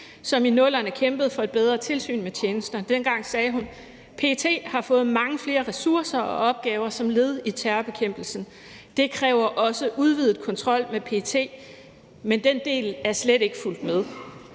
som i 00'erne kæmpede for et bedre tilsyn med tjenesterne. Dengang sagde hun: PET har fået mange flere ressourcer og opgaver som led i terrorbekæmpelsen. Det kræver også udvidet kontrol med PET, men den del er slet ikke fulgt med.